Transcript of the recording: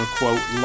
quote